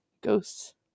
ghosts